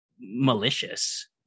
malicious